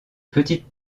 petite